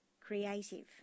creative